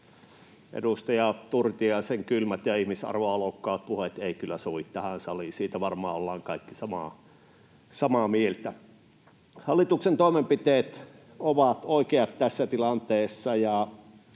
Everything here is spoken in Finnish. Edustaja Turtiaisen kylmät ja ihmisarvoa loukkaavat puheet eivät kyllä sovi tähän saliin. Siitä varmaan ollaan kaikki samaa mieltä. Hallituksen toimenpiteet ovat oikeat tässä tilanteessa,